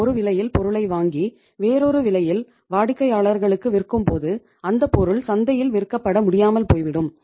நாம் ஒரு விலையில் பொருளை வாங்கி வேறொரு விலையில் வாடிக்கையாளர்களுக்கு விற்கும்போது அந்தப் பொருள் சந்தையில் விற்கப்பட முடியாமல் போய்விடும்